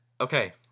Okay